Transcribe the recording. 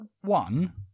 One